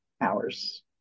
hours